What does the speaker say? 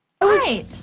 Right